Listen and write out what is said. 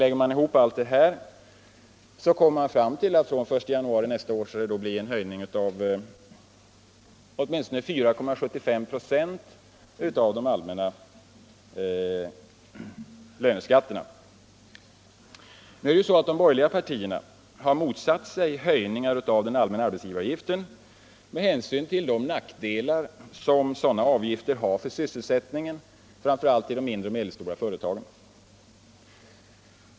Lägger man ihop allt detta, finner man att ökningarna av de allmänna löneskatterna fr.o.m. den 1 januari nästa år skulle bli åtminstone 4,75 96. De borgerliga partierna har tidigare motsatt sig höjningar av den allmänna arbetsgivaravgiften med hänsyn till de nackdelar sådana avgifter har för sysselsättningen framför allt i de mindre och medelstora företagen.